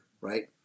Right